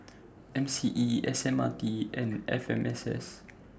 M C E S M R T and F M S S